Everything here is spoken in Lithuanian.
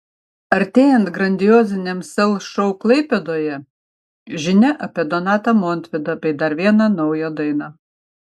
artėjant grandioziniam sel šou klaipėdoje žinia apie donatą montvydą bei dar vieną naują dainą